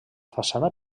façana